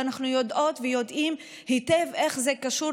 ואנחנו יודעות ויודעים היטב איך זה קשור